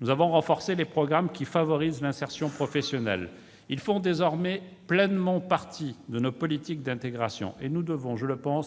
Nous avons renforcé les programmes qui favorisent l'insertion professionnelle. Ils font désormais pleinement partie de nos politiques d'intégration et nous devons